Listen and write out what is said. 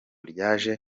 ryateje